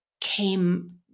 came